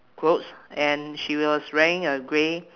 clothes and she was wearing a grey